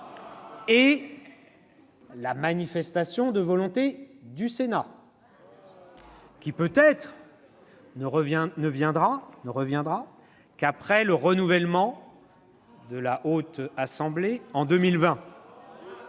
et la manifestation de volonté du Sénat, qui, peut-être, ne viendra qu'après le renouvellement de la Haute Chambre en 2020.